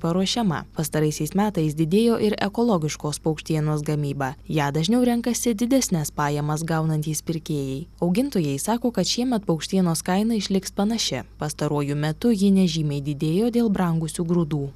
paruošiama pastaraisiais metais didėjo ir ekologiškos paukštienos gamyba ją dažniau renkasi didesnes pajamas gaunantys pirkėjai augintojai sako kad šiemet paukštienos kaina išliks panaši pastaruoju metu ji nežymiai didėjo dėl brangusių grūdų